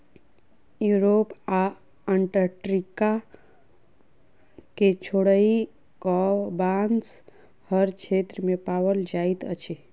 Europe आ Antarctica के छोइड़ कअ, बांस हर क्षेत्र में पाओल जाइत अछि